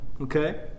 okay